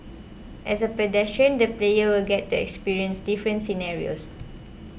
as a pedestrian the player will get to experience different scenarios